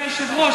אדוני היושב-ראש.